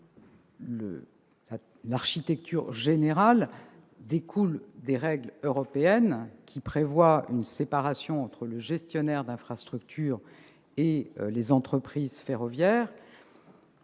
l'architecture générale découle des règles européennes, lesquelles prévoient une séparation entre le gestionnaire de l'infrastructure et les entreprises ferroviaires.